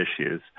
issues